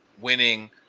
winning